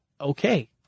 Okay